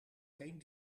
geen